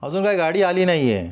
अजून काय गाडी आली नाही आहे